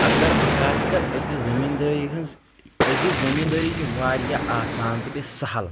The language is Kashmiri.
اگر بہٕ کتھ کرٕ أکِس زٔمیٖندٲری ہٕنٛز أزِچ زٔمیٖندٲری چھِ واریاہ آسان تہٕ بیٚیہِ سہل